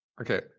Okay